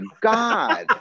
God